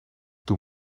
doe